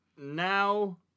now